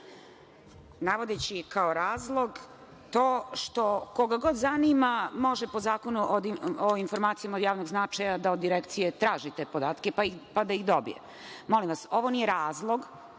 navodeći kao razlog to što koga god zanima može, po Zakonu o informacijama od javnog značaja, da od Direkcije traži te podatke, pa da ih dobije. Molim vas, ovo nije razlog